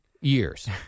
years